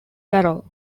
carol